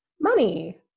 Money